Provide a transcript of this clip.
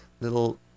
little